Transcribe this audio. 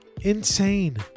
insane